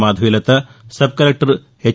Madhavilatha sub collector H